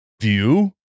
view